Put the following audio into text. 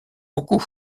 beaucoup